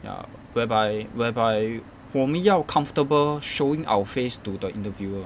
ya whereby whereby 我们要 comfortable showing our face to the interviewer